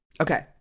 Okay